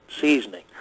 seasoning